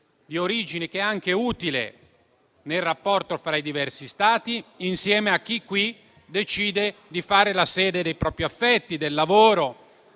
di origine, che è anche utile nel rapporto fra i diversi Stati, insieme a chi decide di avere qui la sede dei propri affetti e del proprio